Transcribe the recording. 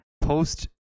post